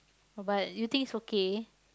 but you think it's okay